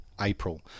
April